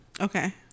Okay